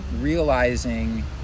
realizing